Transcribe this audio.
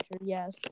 yes